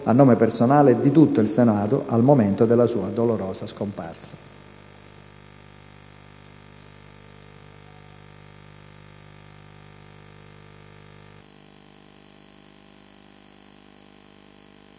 a nome personale e di tutto il Senato, al momento della sua dolorosa scomparsa.